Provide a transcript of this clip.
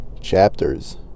Chapters